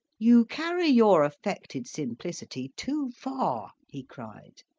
you carry your affected simplicity too far, he cried.